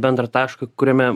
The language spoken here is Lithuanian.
bendrą tašką kuriame